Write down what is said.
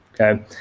okay